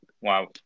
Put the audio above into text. Wow